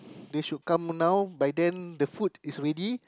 they should come now by then the food is ready